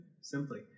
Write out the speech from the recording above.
simply